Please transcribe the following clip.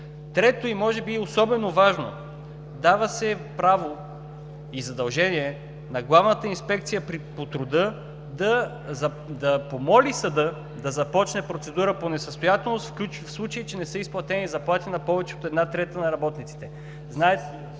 Трето, може би и особено важно, дава се право и задължение на Главната инспекция по труда да помоли съда да започне процедура по несъстоятелност, в случай че не са изплатени заплати на повече от една трета на работниците.